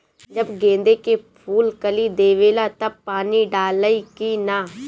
जब गेंदे के फुल कली देवेला तब पानी डालाई कि न?